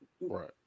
Right